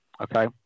okay